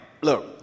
Look